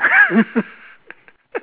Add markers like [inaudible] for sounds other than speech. [laughs]